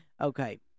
okay